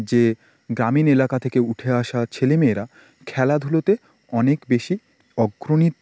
যে গ্রামীণ এলাকা থেকে উঠে আসা ছেলে মেয়েরা খেলাধুলোতে অনেক বেশি অগ্রণী